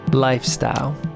lifestyle